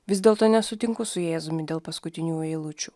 vis dėlto nesutinku su jėzumi dėl paskutiniųjų eilučių